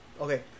Okay